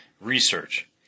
Research